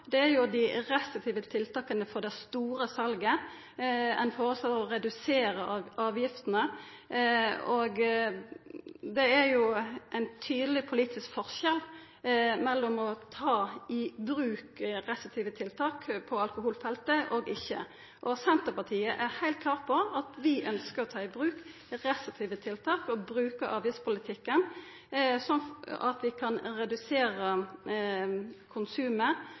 Det er jo ein tydeleg politisk forskjell mellom å ta i bruk restriktive tiltak på alkoholfeltet og ikkje. Senterpartiet er heilt klar på at vi ønskjer å ta i bruk restriktive tiltak og bruka avgiftspolitikken slik at vi kan redusera konsumet.